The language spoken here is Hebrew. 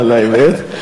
למען האמת.